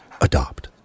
Adopt